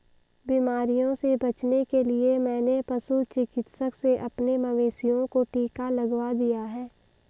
बीमारियों से बचने के लिए मैंने पशु चिकित्सक से अपने मवेशियों को टिका लगवा दिया है